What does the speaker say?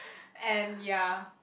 and ya